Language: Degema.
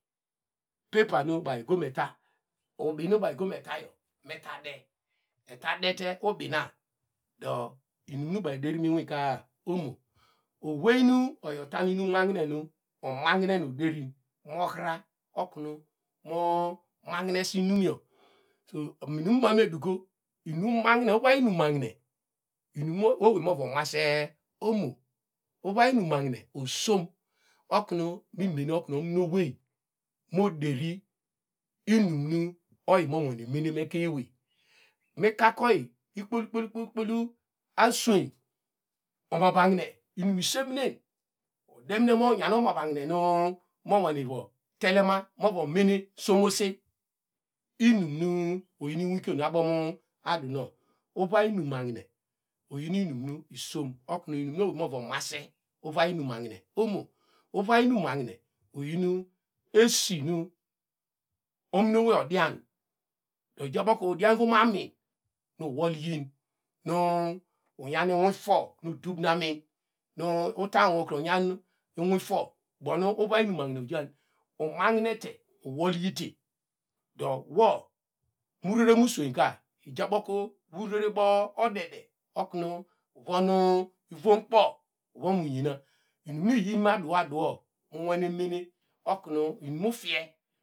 Paper nu baw ego meta ubinu baw ego metayo meta de etadete ubina do inunu baw ederinuka omo oweynu otanu inu mahine unahine mi uderino mo ina oknu mo mahineseinuyo so inmanaeduko inumahine uvay inumahine inim owey mo va mase omo uvay inumahine osom oknu imene okunu ominency moderi inim nu oyime mene mukemay mikakoy ikpol ikpol ikpol, ikpol aswem omavahne iniro iseminero udemin nu muyanu omahine nu mova telema movo mene somose inun nu iyin inwikio nu abo mu aduwo uvay inum mahine oyin inum nu isom oknu inum owey ora mase uvay inimahine omo uvay inimahine oyin esi nu onino wey odian ojabokru udian te ma min nu uwol yin nu unyan inifo nu duv nanim nu uta wowo onyamu inwifo ubonu uvay inumahine ojan umahinete uwolejite do wo murere muswenka ujakebo marerebo odede oknu okron nvomkpo vom ungema inim riyimaduo munware mene oknu inim mu ufie.